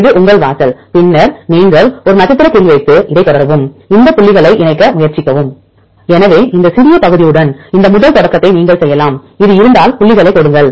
இது உங்கள் வாசல் பின்னர் நீங்கள் ஒரு நட்சத்திர குறி வைத்து இதைத் தொடரவும் அந்த புள்ளிகளை இணைக்க முயற்சிக்கவும் எனவே இந்த சிறிய பகுதியுடன் இந்த முதல் தொடக்கத்தை நீங்கள் செய்யலாம் இது இருந்தால் புள்ளிகளைக் கொடுங்கள்